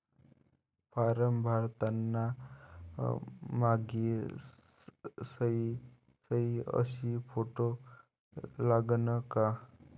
Form भरताना मायी सयी अस फोटो लागन का?